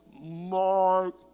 Mark